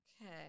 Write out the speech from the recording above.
okay